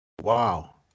Wow